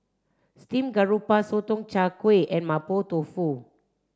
Steamed Garoupa Sotong Char Kway and Mapo Tofu